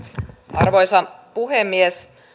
arvoisa puhemies